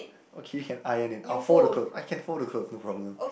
okay can iron and I'll fold the clothes I can fold the clothes no problem